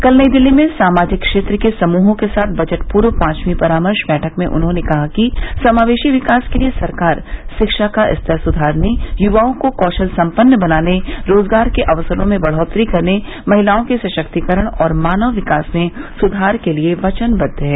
कल नई दिल्ली में सामाजिक क्षेत्र के समूहों के साथ बजट पूर्व पांचवीं परामर्श वैठक में उन्होंने कहा कि समावेशी विकास के लिए सरकार शिक्षा का स्तर सुधारने युवाओं को कौशल संपन्न बनाने रोजगार के अवसरों में बढ़ोतरी करने महिलाओं के सशक्तीकरण और मानव विकास में सुधार के लिए वचनबद्व है